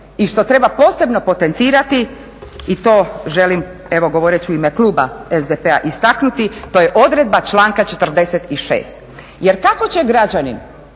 i što treba posebno potencirati i to želim, evo govorit ću u ime kluba SDP-a istaknuti, to je odredba članka 46., jer kako će građanin